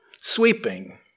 sweeping